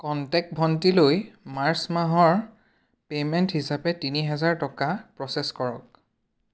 contact ভণ্টীলৈ মাৰ্চ মাহৰ পে'মেণ্ট হিচাপে তিনি হেজাৰ টকা প্ৰ'চেছ কৰক